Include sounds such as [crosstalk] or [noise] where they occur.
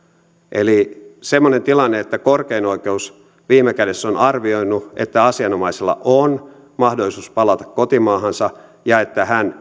eli minun mielestäni semmoinen tilanne että korkein oikeus viime kädessä on arvioinut että asianomaisella on mahdollisuus palata kotimaahansa ja että hän [unintelligible]